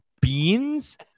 Beans